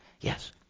Yes